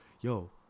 yo